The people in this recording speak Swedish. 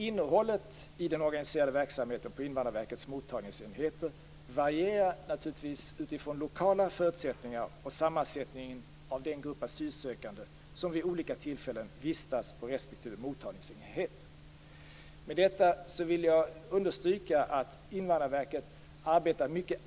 Innehållet i den organiserade verksamheten på Invandrarverkets mottagningsenheter varierar naturligtvis utifrån lokala förutsättningar och sammansättningen av den grupp asylsökande som vid olika tillfällen vistas på respektive mottagningsenhet.